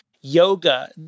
yoga